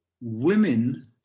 women